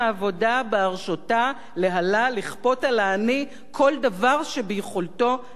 בהרשותה להלה לכפות על העני כל דבר שביכולתו לכפות עליו".